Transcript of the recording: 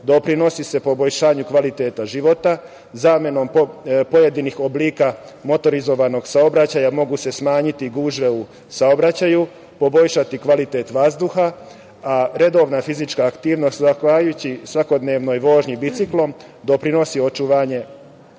doprinosi se poboljšanju kvaliteta života, zamenom pojedinih oblika motorizovanog saobraćaja mogu se smanjiti gužve u saobraćaju, poboljšati kvalitet vazduha, a redovna fizička aktivnost, zahvaljujući svakodnevnoj vožnji biciklom, doprinosi očuvanju